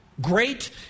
great